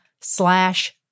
slash